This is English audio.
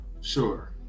sure